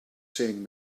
saying